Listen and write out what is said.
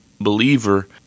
believer